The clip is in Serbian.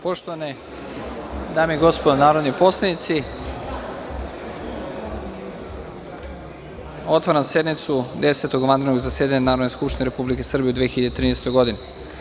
Poštovane dame i gospodo narodni poslanici, otvaram sednicu Desetog vanrednog zasedanja Narodne skupštine Republike Srbije u 2013. godini.